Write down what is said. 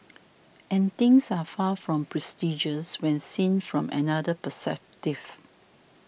and things are far from prestigious when seen from another perspective